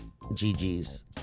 GGs